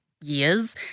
years